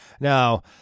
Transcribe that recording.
Now